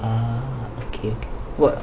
uh okay